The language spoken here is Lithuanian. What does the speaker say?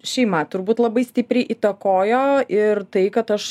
šeima turbūt labai stipriai įtakojo ir tai kad aš